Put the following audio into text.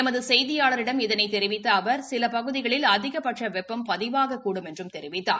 எமது செய்தியாளிடம் இதனைத் தெரிவித்த அவர் சில பகுதிகளில் அதிகபட்ச வெப்பம் பதிவாகக்கூடும் என்று தெரிவித்தார்